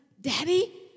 Daddy